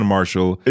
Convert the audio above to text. Marshall